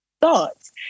thoughts